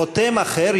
חותם אחר,